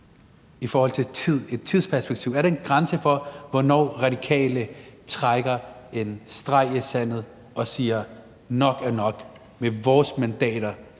i forhold til tid, et tidsperspektiv? Er der en grænse for, hvornår Radikale trækker en streg i sandet og siger: Nok er nok, med vores mandater